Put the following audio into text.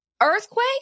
Earthquake